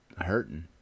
hurting